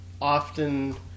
often